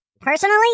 personally